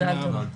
נכון, תודה רבה.